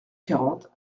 quarante